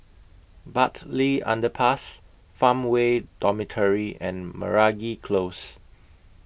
Bartley Underpass Farmway Dormitory and Meragi Close